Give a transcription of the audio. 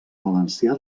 valencià